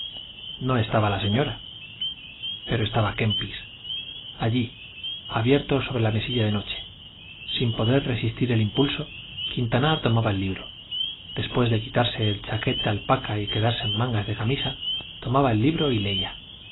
no estaba la señora pero estaba kempis allí abierto sobre la mesilla de noche sin poder resistir el impulso quintanar tomaba el libro después de quitarse el chaquet de alpaca y quedarse en mangas de camisa tomaba el libro y leía